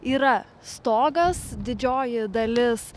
yra stogas didžioji dalis